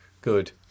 good